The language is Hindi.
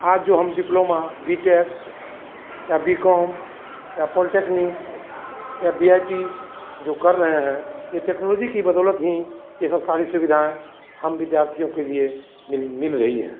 आज जो हम डिप्लोमा बी टेक या बी कॉम या पोल्टीटेक्निक या बी आई टी जो कर रहे हैं यह टेक्नोलॉजी की बदौलत ही यह सब सारी सुविधाएँ हम विद्यार्थियों के लिए मिल मिल रही है